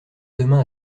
demain